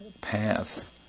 path